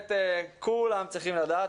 כולם צריכים לדעת,